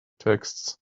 texts